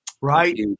Right